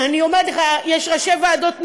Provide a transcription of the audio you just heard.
יש ראשי ועדות נהדרים.